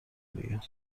بگم